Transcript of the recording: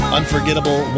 unforgettable